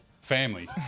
Family